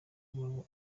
y’iwabo